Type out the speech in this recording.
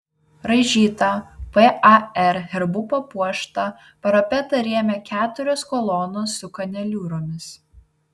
raižytą par herbu papuoštą parapetą rėmė keturios kolonos su kaneliūromis